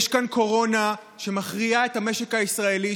יש כאן קורונה שמכריעה את המשק הישראלי,